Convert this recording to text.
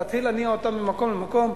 להתחיל להניע אותם ממקום למקום,